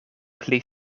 pli